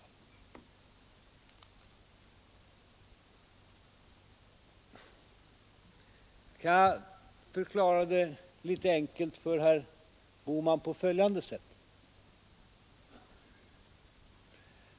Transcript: Jag kanske kan förklara saken litet enkelt för herr Bohman på följande sätt.